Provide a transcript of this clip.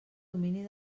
domini